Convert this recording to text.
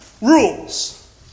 rules